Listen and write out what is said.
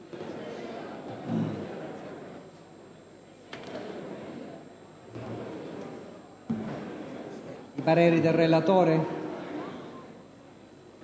il parere del relatore.